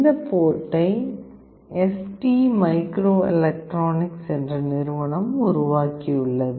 இந்த போர்டை ST micro electronics என்ற நிறுவனம் உருவாக்கியுள்ளது